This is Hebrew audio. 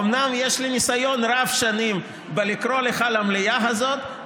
אומנם יש לי ניסיון רב-שנים בלקרוא לך למליאה הזאת,